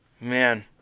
man